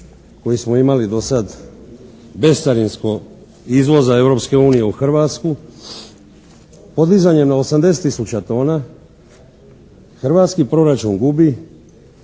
koje smo imali do sad bescarinskog izvoza Europske unije u Hrvatsku, podizanje na 80 tisuća tona, hrvatski proračun gubi